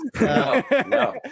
No